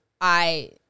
I-